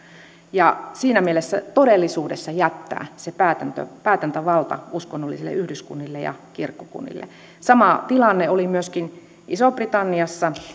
ja siinä mielessä todellisuudessa jättää päätäntävalta päätäntävalta uskonnollisille yhdyskunnille ja kirkkokunnille sama tilanne oli myöskin isossa britanniassa